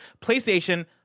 PlayStation